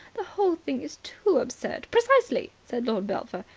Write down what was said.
the whole thing is too absurd. precisely, said lord belpher.